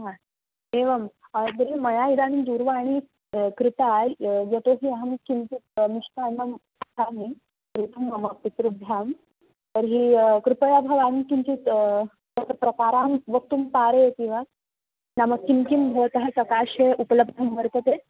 हा एवम् तर्हि मया इदानीं दूरवाणीं कृता यतो हि अहं किञ्चित् मिष्टान्नं इच्छामि एकं मम पितृभ्यां तर्हि कृपया भवान् किञ्चित् तत् प्रकारां वक्तुं पारयति वा नाम किं किं भवतः सकाशे उपलब्धं वर्तते